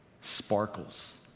sparkles